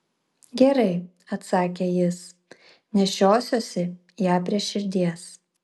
gerai atsakė jis nešiosiuosi ją prie širdies